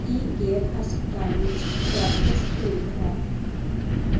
ਕੀ care ਹਸਪਤਾਲ ਵਿੱਚ cashless ਸਹੂਲਤ ਹੈ